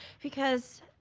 because,